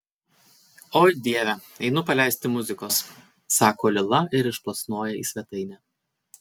oi dieve einu paleisti muzikos sako lila ir išplasnoja į svetainę